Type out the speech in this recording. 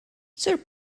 sur